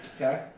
Okay